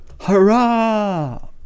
Hurrah